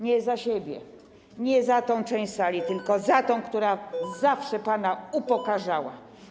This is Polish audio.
Nie za siebie, nie za tę część sali, tylko za tę, która zawsze pana upokarzała.